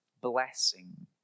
blessing